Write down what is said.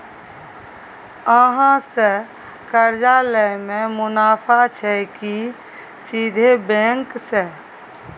अहाँ से कर्जा लय में मुनाफा छै की सीधे बैंक से?